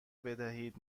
بدهید